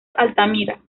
altamira